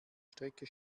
strecke